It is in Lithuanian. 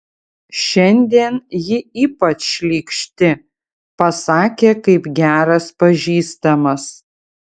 šiandien ji ypač šlykšti pasakė kaip geras pažįstamas